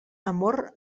amor